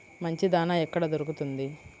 మంచి దాణా ఎక్కడ దొరుకుతుంది?